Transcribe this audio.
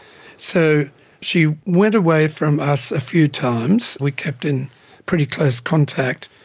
so she went away from us a few times. we kept in pretty close contact.